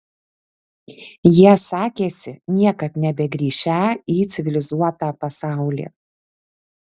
jie sakėsi niekad nebegrįšią į civilizuotą pasaulį